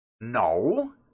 No